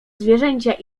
zwierzęcia